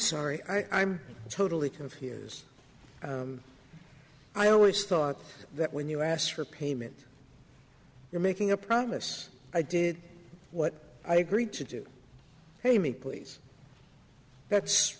sorry i'm totally confused i always thought that when you asked for payment you're making a promise i did what i agreed to do pay me please that's